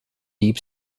deep